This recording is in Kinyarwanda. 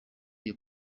iyo